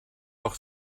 leur